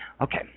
Okay